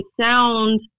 sound